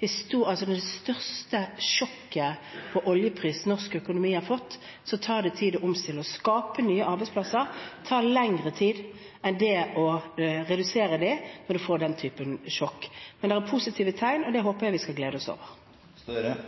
det største sjokket i oljeprisen norsk økonomi har fått, tar det tid å omstille seg og skape nye arbeidsplasser. Det tar lengre tid enn det å redusere dem når man får den typen sjokk. Men det er positive tegn, og det håper jeg vi skal glede oss over.